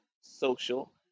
social